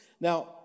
Now